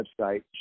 website